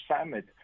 Summit